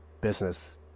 business